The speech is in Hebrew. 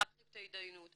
להרחיב את ההתדיינות.